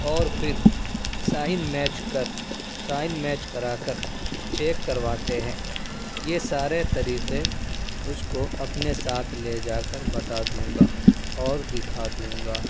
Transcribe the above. اور پھر sign match کر سائن میچ کرا کر چیک کرواتے ہیں یہ سارے طریقے اس کو اپنے ساتھ لے جا کر بتا دوں گا اور دکھا دوں گا